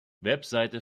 webseite